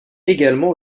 également